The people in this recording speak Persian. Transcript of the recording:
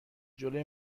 جلوی